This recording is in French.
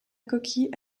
coquille